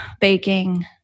baking